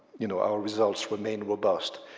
you know, our results remained robust,